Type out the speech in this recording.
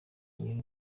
nyiri